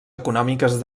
econòmiques